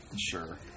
Sure